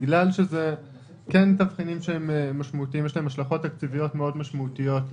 בגלל שמדובר בתבחינים משמעותיים שיש להם השלכות תקציביות משמעותיות,